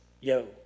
Yo